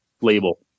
label